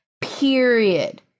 Period